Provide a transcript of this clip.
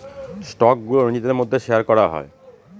স্টকগুলো নিজেদের মধ্যে শেয়ার করা হয়